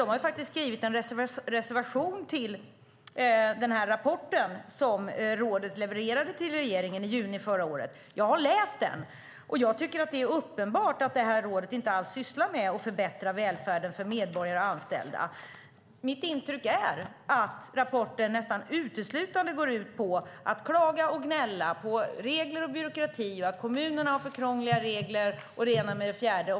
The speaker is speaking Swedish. Men Kommunal har skrivit en reservation till den rapport som rådet levererade till regeringen i juni förra året. Jag har läst den, och jag tycker att det är uppenbart att rådet inte alls sysslar med att förbättra välfärden för medborgare och anställda. Mitt intryck är att rapporten nästan uteslutande går ut på att klaga och gnälla på regler och byråkrati, på att kommunerna har för krångliga regler och det ena med det fjärde.